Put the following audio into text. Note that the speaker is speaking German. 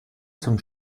zum